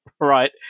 right